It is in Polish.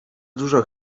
dużo